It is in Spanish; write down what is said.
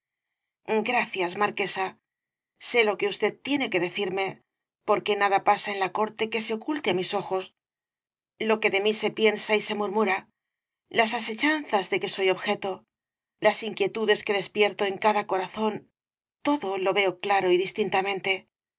gracias marquesa sé lo que usted tiene que decirme porque nada pasa en la corte que se oculte á mis ojos lo que de mí se piensa y se murmura las asechanzas de que soy objeto las inquietudes que despierto en cada corazón todo lo veo claro y distintamente